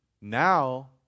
now